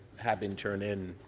have been turned in,